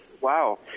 wow